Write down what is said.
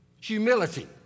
Humility